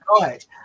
right